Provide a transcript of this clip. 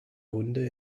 hunde